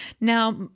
Now